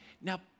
Now